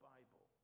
Bible